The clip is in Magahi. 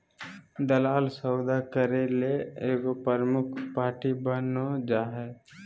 दलाल सौदा करे ले एगो प्रमुख पार्टी बन जा हइ